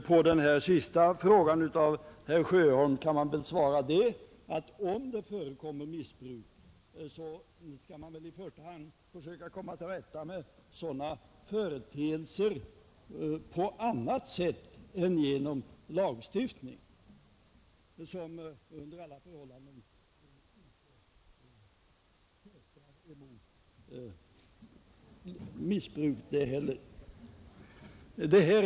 På herr Sjöholms sista fråga kan man svara, att om det förekommer missbruk så bör vi väl i första hand försöka komma till rätta med sådana företeelser på annat sätt än genom lagstiftning — inte heller en sådan säkrar under alla förhållanden mot missbruk.